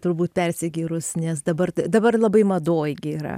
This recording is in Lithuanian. turbūt persigyrus nes dabar dabar labai madoj gi yra